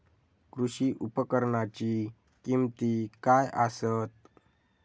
कृषी उपकरणाची किमती काय आसत?